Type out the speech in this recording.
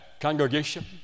congregation